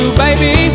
baby